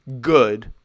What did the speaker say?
good